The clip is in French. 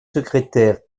secrétaires